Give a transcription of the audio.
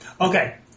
Okay